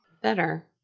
Better